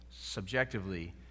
Subjectively